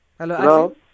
Hello